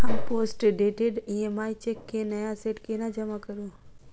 हम postdated EMI cheque केँ नया सेट केना जमा करू?